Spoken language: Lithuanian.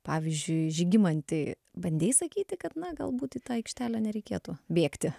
pavyzdžiui žygimantei bandei sakyti kad na galbūt į tą aikštelę nereikėtų bėgti